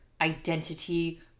identity